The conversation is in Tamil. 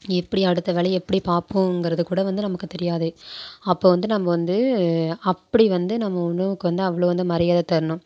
எப்படி அடுத்த வேலையை எப்படி பார்ப்போங்கிறத கூட வந்து நமக்கு தெரியாது அப்போது வந்து நம்ப வந்து அப்படி வந்து நம்ம உணவுக்கு வந்து அவ்வளோ வந்து மரியாதை தரணும்